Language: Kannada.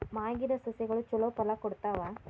ಮಾಗಿದ್ ಸಸ್ಯಗಳು ಛಲೋ ಫಲ ಕೊಡ್ತಾವಾ?